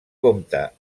compta